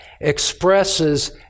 expresses